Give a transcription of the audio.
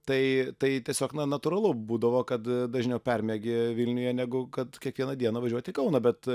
tai tai tiesiog na natūralu būdavo kad dažniau permiegi vilniuje negu kad kiekvieną dieną važiuot į kauną bet